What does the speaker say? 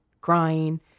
crying